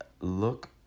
look